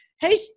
hey